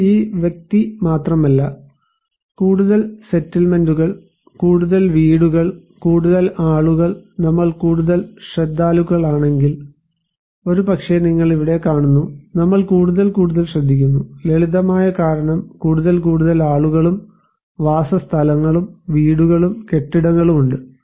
ഇത് ഈ വ്യക്തി മാത്രമല്ല കൂടുതൽ സെറ്റിൽമെന്റുകൾ കൂടുതൽ വീടുകൾ കൂടുതൽ ആളുകൾ നമ്മൾ കൂടുതൽ ശ്രദ്ധാലുക്കളാണെങ്കിൽ ഒരുപക്ഷേ നിങ്ങൾ ഇവിടെ കാണുന്നു നമ്മൾ കൂടുതൽ കൂടുതൽ ശ്രദ്ധിക്കുന്നു ലളിതമായ കാരണം കൂടുതൽ കൂടുതൽ ആളുകളും വാസസ്ഥലങ്ങളും വീടുകളും കെട്ടിടങ്ങളും ഉണ്ട്